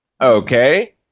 okay